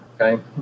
Okay